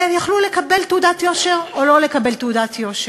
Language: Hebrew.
ויכלו לקבל תעודת יושר או לא לקבל תעודת יושר.